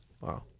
Wow